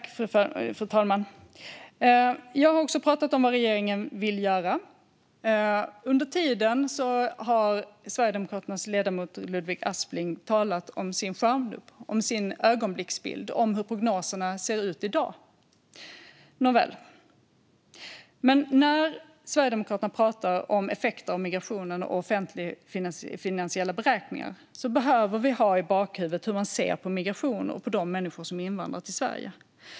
Fru talman! Jag talar gärna om offentliga finanser och vad som behöver göras för att förbättra etableringen och integrationen av nyanlända för att fler ska komma i arbete, som vi nu har försökt göra. Jag har också pratat om vad regeringen vill göra. Under tiden har Sverigedemokraternas ledamot Ludvig Aspling talat om sin skärmdump och sin ögonblicksbild av hur prognoserna ser ut i dag. Nåväl, men när Sverigedemokraterna pratar om effekter av migrationen och offentligfinansiella beräkningar behöver vi ha i bakhuvudet hur de ser på migration och på de människor som har invandrat till Sverige.